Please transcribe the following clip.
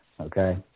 Okay